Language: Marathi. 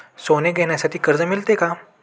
सोने घेण्यासाठी कर्ज मिळते का?